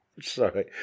Sorry